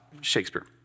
Shakespeare